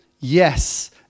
Yes